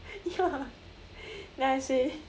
ya then I say